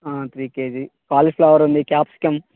three KG cauliflower ఉంది capsicum